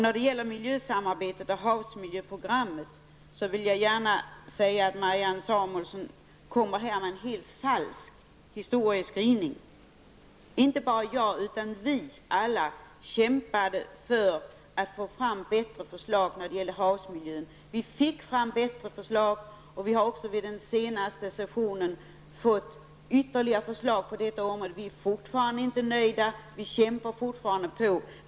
När det gäller miljösamarbetet och havsmiljöprogrammet kommer Marianne Samuelsson här med en helt falsk historieskrivning. Inte bara jag utan vi alla kämpade för att få fram bättre förslag när det gällde havsmiljön. Vi fick också fram bättre förslag, och det har vid den senaste sessionen kommit ytterligare förslag på detta område. Vi är ännu inte nöjda, och vi kämpar fortfarande för detta.